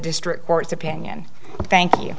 district court's opinion thank you